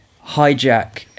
hijack